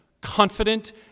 confident